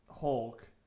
Hulk